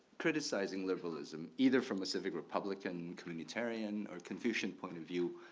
criticizing liberalism, either from a civic republican communitarian or confucian point of view,